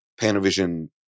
Panavision